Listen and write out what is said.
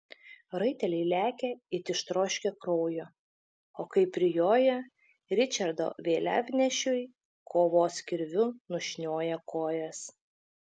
raiteliai lekia it ištroškę kraujo o kai prijoja ričardo vėliavnešiui kovos kirviu nušnioja kojas